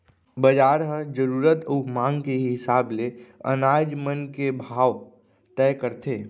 बजार ह जरूरत अउ मांग के हिसाब ले अनाज मन के भाव तय करथे